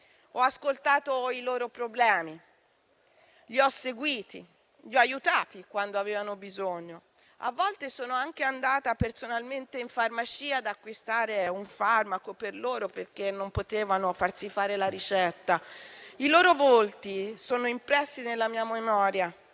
Ho ascoltato i loro problemi, li ho seguiti, li ho aiutati quando avevano bisogno, a volte sono anche andata personalmente in farmacia ad acquistare un farmaco per loro, perché non potevano farsi fare la ricetta. I loro volti sono impressi nella mia memoria